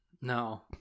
no